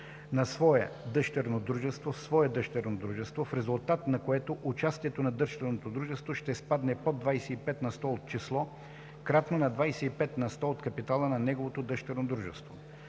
в свое дъщерно дружество, в резултат на което участието на дъщерното дружество ще спадне под 25 на сто или число, кратно на 25 на сто от капитала на неговото дъщерно дружество.”